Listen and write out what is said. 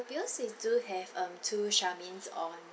because we do have um two charmaine's on